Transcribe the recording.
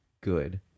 good